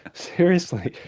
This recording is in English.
seriously,